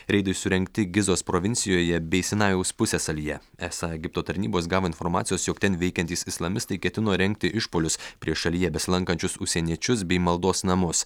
reidai surengti gizos provincijoje bei sinajaus pusiasalyje esą egipto tarnybos gavo informacijos jog ten veikiantys islamistai ketino rengti išpuolius prieš šalyje besilankančius užsieniečius bei maldos namus